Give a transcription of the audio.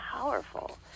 powerful